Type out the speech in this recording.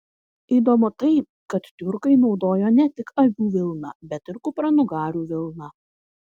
įdomu tai kad tiurkai naudojo ne tik avių vilną bet ir kupranugarių vilną